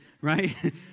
Right